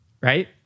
right